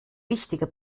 wichtiger